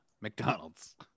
McDonald's